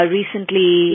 recently